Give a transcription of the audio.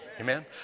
Amen